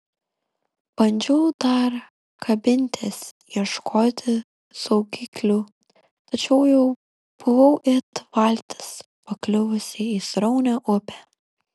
bandžiau dar kabintis ieškoti saugiklių tačiau jau buvau it valtis pakliuvusi į sraunią upę